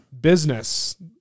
Business